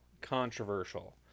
controversial